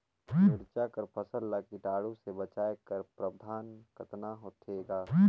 मिरचा कर फसल ला कीटाणु से बचाय कर प्रबंधन कतना होथे ग?